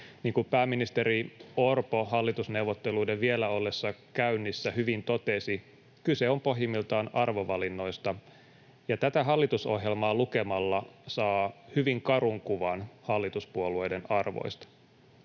kuin pääministeri Orpo hallitusneuvotteluiden vielä ollessa käynnissä hyvin totesi, kyse on pohjimmiltaan arvovalinnoista, ja tätä hallitusohjelmaa lukemalla saa hyvin karun kuvan hallituspuolueiden arvoista.